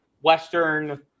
Western